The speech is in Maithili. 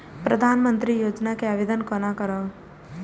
प्रधानमंत्री योजना के आवेदन कोना करब?